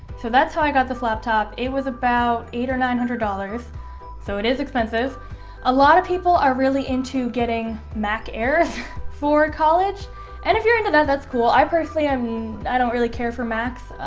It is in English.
so that's how i got this laptop. it was about eight or nine hundred dollars so it is expensive a lot of people are really into getting mac airs for college and if you're into that, that's cool i personally i'm i don't really care for macs.